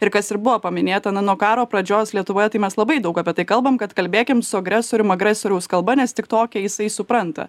ir kas ir buvo paminėta na nuo karo pradžios lietuvoje tai mes labai daug apie tai kalbam kad kalbėkim su agresorium agresoriaus kalba nes tik tokią jisai supranta